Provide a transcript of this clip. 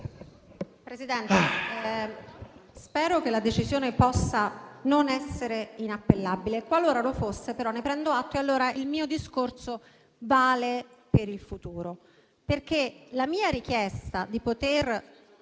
Presidente, spero che la decisione possa non essere inappellabile. Qualora lo fosse, però, ne prendo atto e allora il mio discorso vale per il futuro. La mia richiesta di poter